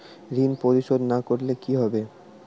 ঋণ পরিশোধ না করলে কি হবে?